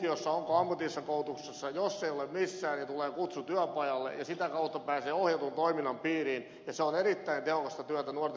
jos ei ole missään niin tulee kutsu työpajalle ja sitä kautta pääsee ohjatun toiminnan piiriin ja se on erittäin tehokasta työtä nuorten syrjäytymisen estämiseksi